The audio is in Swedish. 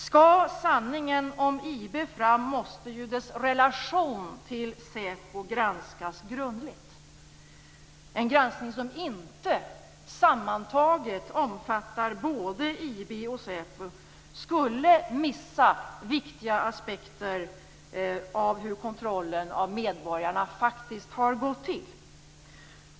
Skall sanningen om IB fram måste ju dess relation till SÄPO granskas grundligt. En granskning som inte sammantaget omfattar både IB och SÄPO skulle missa viktiga aspekter på hur kontrollen av medborgarna faktiskt har gått till.